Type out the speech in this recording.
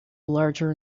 larger